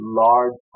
large